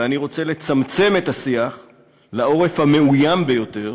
ואני רוצה לצמצם את השיח לעורף המאוים ביותר,